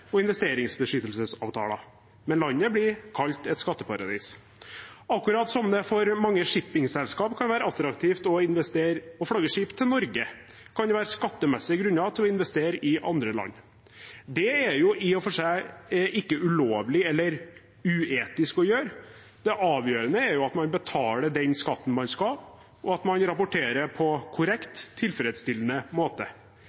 og investeringsbeskyttelsesavtaler. Men landet blir kalt et skatteparadis. Akkurat som det for mange shippingselskaper kan være attraktivt å flagge skip til Norge, kan det være skattemessige grunner til å investere i andre land. Det er i og for seg ikke ulovlig eller uetisk å gjøre det. Det avgjørende er at man betaler den skatten man skal betale, og at man rapporterer på